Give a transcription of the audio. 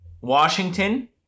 Washington